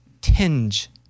tinge